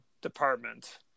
department